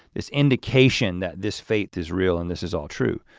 this indication that this faith is real and this is all true.